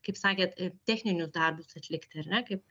kaip sakėt techninius darbus atlikti ar ne kaip